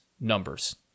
numbers